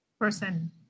person